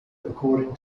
according